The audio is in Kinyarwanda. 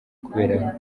kubera